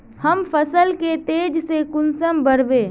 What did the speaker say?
हम फसल के तेज से कुंसम बढ़बे?